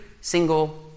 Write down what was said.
single